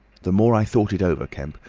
the more i thought it over, kemp,